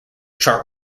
chart